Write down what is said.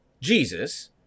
Jesus